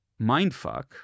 mindfuck